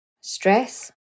stress